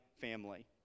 family